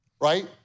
right